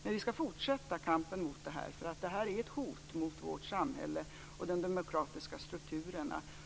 Men vi skall fortsätta kampen mot det här, för detta är ett hot mot vårt samhälle och mot de demokratiska strukturerna.